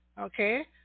okay